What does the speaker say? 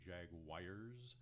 Jaguars